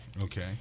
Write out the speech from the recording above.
Okay